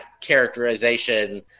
characterization